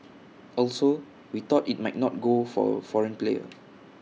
also we thought IT might not go for A foreign player